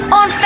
on